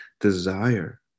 desire